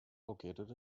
located